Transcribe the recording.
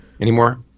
Anymore